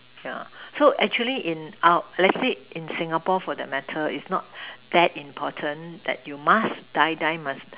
yeah so actually in our lets say in Singapore for that matter its not that important that you must die die must